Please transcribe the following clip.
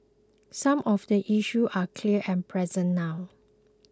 some of the issues are clear and present now